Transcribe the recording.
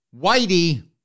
Whitey